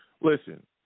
Listen